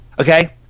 Okay